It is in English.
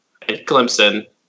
Clemson